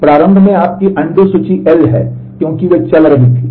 प्रारंभ में आपकी अनडू सूची L है क्योंकि वे चल रही थीं